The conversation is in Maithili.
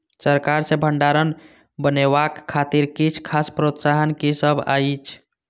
सरकार सँ भण्डार बनेवाक खातिर किछ खास प्रोत्साहन कि सब अइछ?